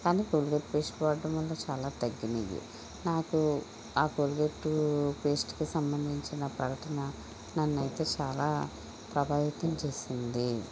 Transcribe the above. కానీ కోల్గేట్ పేస్ట్కి వాడటం వల్ల చాలా తగ్గినాయి నాకు ఆ కోల్గేట్ పేస్ట్ సంబంధించిన ప్రకటన నన్నైతే చాలా ప్రభావితం చేసింది